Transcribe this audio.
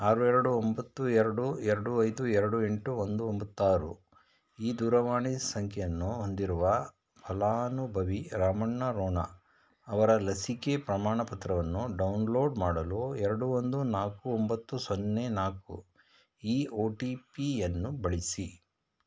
ಆರು ಎರಡು ಒಂಬತ್ತು ಎರಡು ಎರಡು ಐದು ಎರಡು ಎಂಟು ಒಂದು ಒಂಬತ್ತು ಆರು ಈ ದೂರವಾಣಿ ಸಂಖ್ಯೆಯನ್ನು ಹೊಂದಿರುವ ಫಲಾನುಭವಿ ರಾಮಣ್ಣ ರೋಣ ಅವರ ಲಸಿಕೆ ಪ್ರಮಾಣ ಪತ್ರವನ್ನು ಡೌನ್ಲೋಡ್ ಮಾಡಲು ಎರಡು ಒಂದು ನಾಲ್ಕು ಒಂಬತ್ತು ಸೊನ್ನೆ ನಾಲ್ಕು ಈ ಒ ಟಿ ಪಿಯನ್ನು ಬಳಿಸಿ